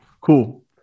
Cool